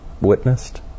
witnessed